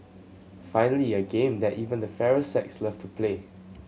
finally a game that even the fairer sex loved to play